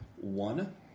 one